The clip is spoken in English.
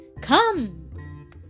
Come